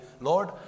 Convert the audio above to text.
Lord